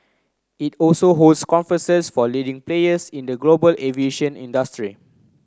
it also hosts conferences for leading players in the global aviation industry